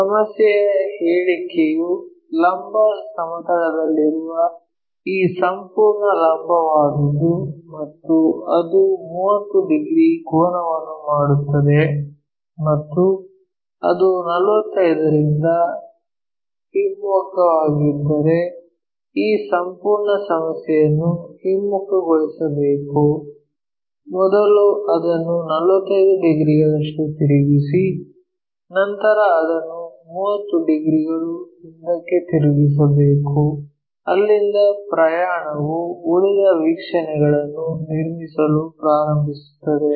ಸಮಸ್ಯೆಯ ಹೇಳಿಕೆಯು ಲಂಬ ಸಮತಲದಲ್ಲಿರುವ ಈ ಸಂಪೂರ್ಣ ಲಂಬವಾದದ್ದು ಮತ್ತು ಅದು 30 ಡಿಗ್ರಿ ಕೋನವನ್ನು ಮಾಡುತ್ತದೆ ಮತ್ತು ಅದು 45 ರಿಂದ ಹಿಮ್ಮೊಗವಾಗಿದ್ದರೆ ಈ ಸಂಪೂರ್ಣ ಸಮಸ್ಯೆಯನ್ನು ಹಿಮ್ಮುಖಗೊಳಿಸಬೇಕು ಮೊದಲು ಅದನ್ನು 45 ಡಿಗ್ರಿಗಳಷ್ಟು ತಿರುಗಿಸಿ ನಂತರ ಅದನ್ನು 30 ಡಿಗ್ರಿಗಳು ಹಿಂದಕ್ಕೆ ತಿರುಗಿಸಬೇಕು ಅಲ್ಲಿಂದ ಪ್ರಯಾಣವು ಉಳಿದ ವೀಕ್ಷಣೆಗಳನ್ನು ನಿರ್ಮಿಸಲು ಪ್ರಾರಂಭಿಸುತ್ತದೆ